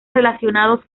relacionados